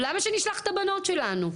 למה שנשלח את הבנות שלנו.